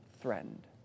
threatened